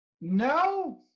No